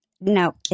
No